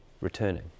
returning